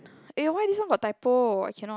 eh why this one got typo I cannot